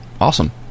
Awesome